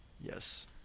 Yes